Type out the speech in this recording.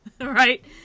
right